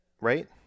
right